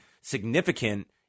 significant